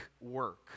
work